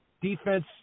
defense